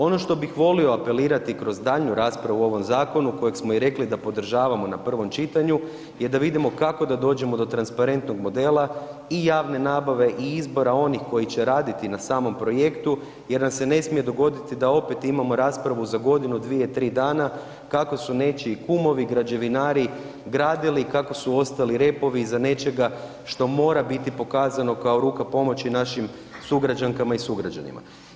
Ono što bih volio apelirati kroz daljnju raspravu o ovom zakonu kojeg smo i rekli da podržavamo na prvom čitanju je da vidimo kako da dođemo do transparentnog modela i javne nabave i izbora onih koji će raditi na samom projektu jer nam se ne smije dogoditi da opet imamo raspravu za godinu, dvije, 3 dana kako su nečiji kumovi, građevinari, gradili i kako su ostali repovi za nečega što mora biti pokazano kao ruka pomoći našim sugrađankama i sugrađanima.